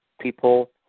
people